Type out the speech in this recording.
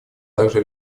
также